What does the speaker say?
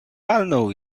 palnął